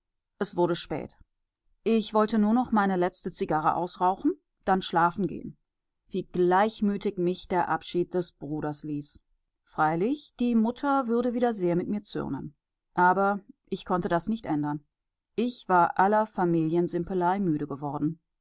es wurde spät ich wollte nur noch meine letzte zigarre ausrauchen dann schlafen gehen wie gleichmütig mich der abschied des bruders ließ freilich die mutter würde wieder sehr mit mir zürnen aber ich konnte das nicht ändern ich war aller familiensimpelei müde geworden